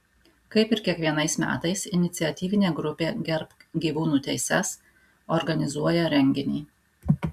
kaip ir kiekvienais metais iniciatyvinė grupė gerbk gyvūnų teises organizuoja renginį